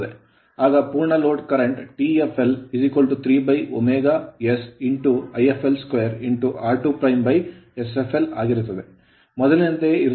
ಆಗ ಪೂರ್ಣ load torque load torque Tfl 3ωs Ifl2 r2sfl ಆಗಿರುತ್ತದೆ ಮೊದಲಿನಂತೆಯೇ ಇರುತ್ತದೆ